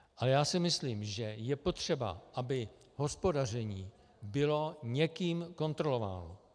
Ale myslím si, že je potřeba, aby hospodaření bylo někým kontrolováno.